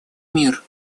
мир